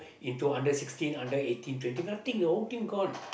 into under sixteen under eighteen twenty nothing team gone